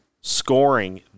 scoring